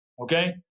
Okay